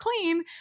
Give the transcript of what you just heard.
clean